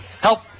help